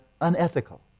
unethical